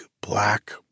black